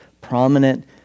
prominent